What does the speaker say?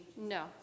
No